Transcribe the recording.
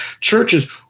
churches